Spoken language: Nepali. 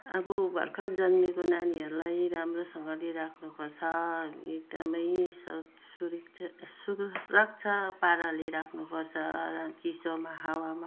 अब भर्खर जन्मेको नानीहरूलाई राम्रोसँगले राख्नुपर्छ अनि एकदमै सरसुरक्षा सुरक्षा पाराले राख्नुपर्छ र चिसोमा हावामा